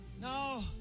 No